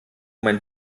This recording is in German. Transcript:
mein